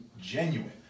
genuine